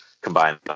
combine